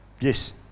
Yes